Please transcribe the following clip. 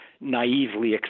naively